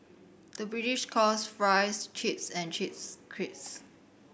the British calls fries chips and chips crisps